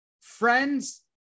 Friends